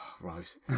Rose